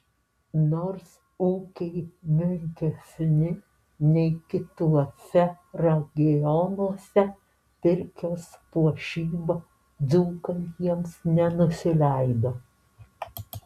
nors ūkiai menkesni nei kituose regionuose pirkios puošyba dzūkai jiems nenusileido